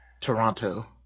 Toronto